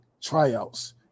tryouts